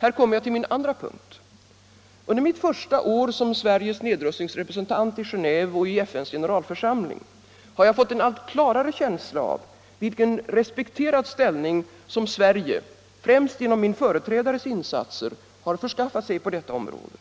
Här kommer jag till min andra punkt. Under mitt första år som Sveriges nedrustningsrepresentant i Genéve och i FN :s generalförsamling har jag fått en allt klarare känsla av vilken respekterad ställning som Sverige, främst genom min företrädares insatser, har förskaffat sig på detta område.